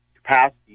Capacity